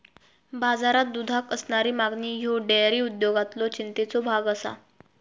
बाजारात दुधाक असणारी मागणी ह्यो डेअरी उद्योगातलो चिंतेचो भाग आसा